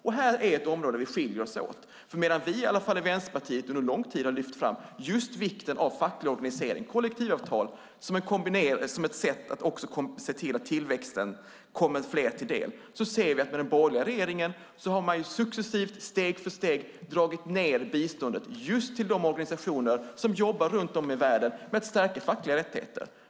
Det här är ett område där vi skiljer oss åt. Medan vi i Vänsterpartiet under en lång tid har lyft fram vikten av facklig organisering och kollektivavtal som ett sätt att se till att tillväxten kommer fler till del ser vi att den borgerliga regeringen successivt, steg för steg, har dragit ned biståndet till just de organisationer som jobbar runt om i världen med att stärka fackliga rättigheter.